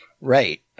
Right